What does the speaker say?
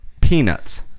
Peanuts